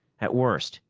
at worst,